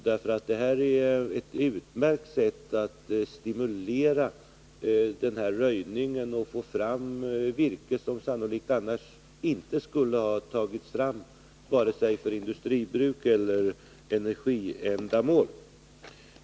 Detta är nämligen ett utmärkt sätt att stimulera röjningen och få fram virke, som annar: annolikt inte skulle ha tagits fram vare sig för industribruk eller för energiändamål.